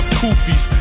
koofies